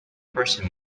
person